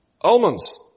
almonds